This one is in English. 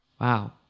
Wow